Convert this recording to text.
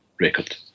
record